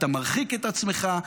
אתה מרחיק את עצמך,